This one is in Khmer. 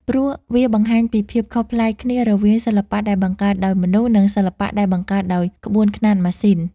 ព្រោះវាបង្ហាញពីភាពខុសប្លែកគ្នារវាងសិល្បៈដែលបង្កើតដោយមនុស្ស និងសិល្បៈដែលបង្កើតដោយក្បួនខ្នាតម៉ាស៊ីន។